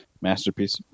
masterpiece